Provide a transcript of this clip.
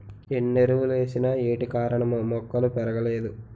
ఎన్నెరువులేసిన ఏటికారణమో మొక్కలు పెరగలేదు